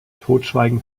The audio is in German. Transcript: totschweigen